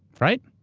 right?